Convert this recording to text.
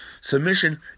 Submission